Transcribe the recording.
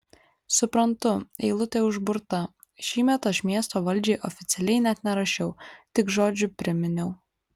suprantu eilutė užburta šįmet aš miesto valdžiai oficialiai net nerašiau tik žodžiu priminiau